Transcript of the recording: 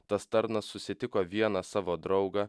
tas tarnas susitiko vieną savo draugą